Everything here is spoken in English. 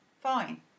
fine